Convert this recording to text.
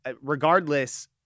regardless